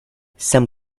some